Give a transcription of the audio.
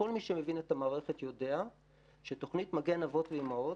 כל מי מבין את המערכת יודע שתוכנית "מגן אבות ואימהות",